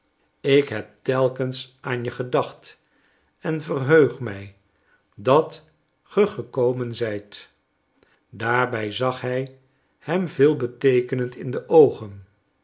ik heb telkens aan je gedacht en verheug mij dat ge gekomen zijt daarbij zag hij hem veelbeteekenend in de oogen